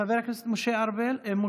חבר הכנסת משה גפני.